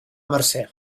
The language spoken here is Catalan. mercè